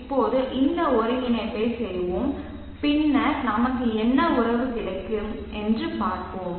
இப்போது இந்த ஒருங்கிணைப்பைச் செய்வோம் பின்னர் நமக்கு என்ன உறவு கிடைக்கும் என்று பார்ப்போம்